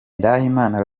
ndatimana